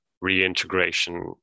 reintegration